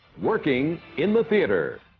working in the theatre